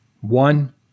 One